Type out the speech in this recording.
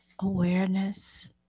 awareness